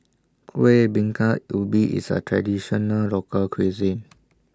Kuih Bingka Ubi IS A Traditional Local Cuisine